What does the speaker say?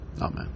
Amen